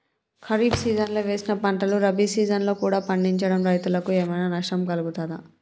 ఖరీఫ్ సీజన్లో వేసిన పంటలు రబీ సీజన్లో కూడా పండించడం రైతులకు ఏమైనా నష్టం కలుగుతదా?